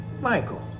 Michael